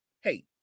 Hey